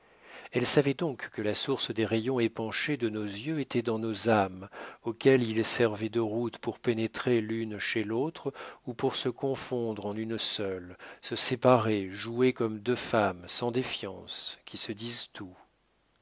elle savait donc que la source des rayons épanchés de nos yeux était dans nos âmes auxquelles ils servaient de route pour pénétrer l'une chez l'autre ou pour se confondre en une seule se séparer jouer comme deux femmes sans défiance qui se disent tout